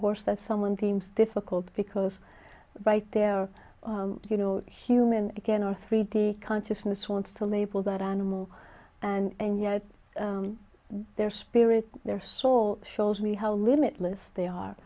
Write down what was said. horse that someone seems difficult because right there you know human again or three d consciousness wants to label that animal and yet their spirit their soul shows me how limitless they are